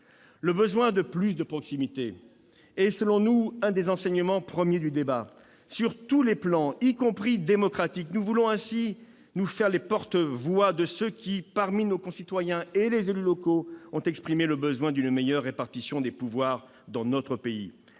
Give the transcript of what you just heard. Le besoin de plus de proximité est, selon nous, un des enseignements premiers du débat, sur tous les plans, y compris le plan démocratique. Nous voulons nous faire ici les porte-voix de ceux qui, parmi nos concitoyens et les élus locaux, ont exprimé le besoin d'une meilleure répartition des pouvoirs dans notre pays.